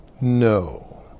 no